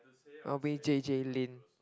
I'll be J_J-Lin